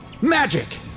Magic